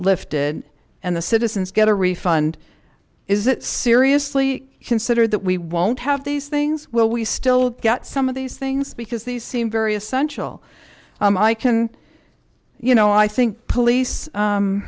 lifted and the citizens get a refund is it seriously considered that we won't have these things will we still get some of these things because these seem very essential i can you know i think police